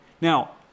Now